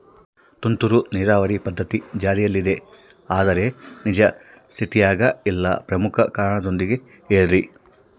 ತುಂತುರು ನೇರಾವರಿ ಪದ್ಧತಿ ಜಾರಿಯಲ್ಲಿದೆ ಆದರೆ ನಿಜ ಸ್ಥಿತಿಯಾಗ ಇಲ್ಲ ಪ್ರಮುಖ ಕಾರಣದೊಂದಿಗೆ ಹೇಳ್ರಿ?